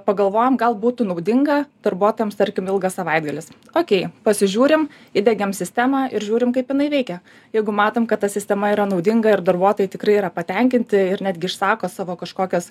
pagalvojom gal būtų naudinga darbuotojams tarkim ilgas savaitgalis okei pasižiūrim įdiegiam sistemą ir žiūrim kaip jinai veikia jeigu matom kad ta sistema yra naudinga ir darbuotojai tikrai yra patenkinti ir netgi išsako savo kažkokias